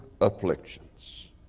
afflictions